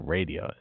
Radio